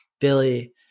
Billy